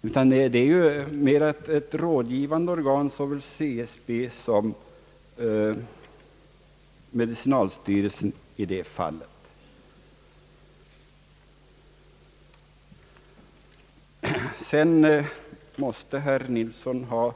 Medicinalstyrelsen är ju mera ett rådgivande organ i fråga om sjukhusens utformning m.m. sådant. Vidare måste herr Nilsson ha